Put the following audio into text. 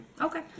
Okay